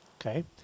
Okay